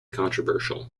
controversial